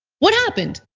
what happened?